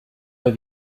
mal